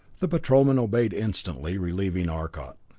the patrolman obeyed instantly, relieving arcot.